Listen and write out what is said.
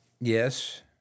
Yes